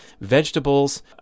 vegetables